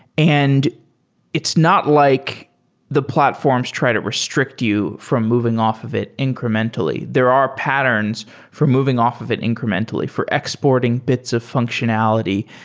and it's not like the platforms try to restrict you from moving off of it incrementally. there are patterns for moving off of it incrementally, for exporting bits of functionality.